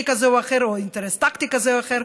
כזה או אחר או אינטרס טקטי כזה או אחר,